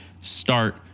Start